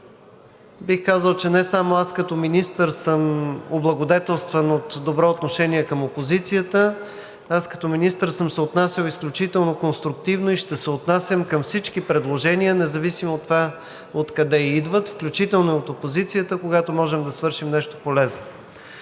Бих казал, че не само аз като министър съм облагодетелстван от добро отношение към опозицията, аз като министър съм се отнасял изключително конструктивно и ще се отнасям към всички предложения, независимо откъде идват, включително от опозицията, когато можем да свършим нещо полезно.